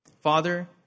Father